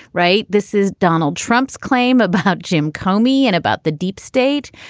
right. this is donald trump's claim about jim comey and about the deep state.